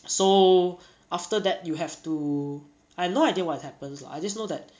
so after that you have to I have no idea what happens lah I just know that